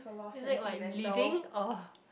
is it like living or